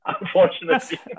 unfortunately